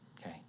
Okay